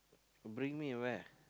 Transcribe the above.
bring me where